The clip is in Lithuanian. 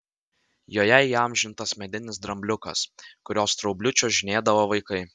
joje įamžintas medinis drambliukas kurio straubliu čiuožinėdavo vaikai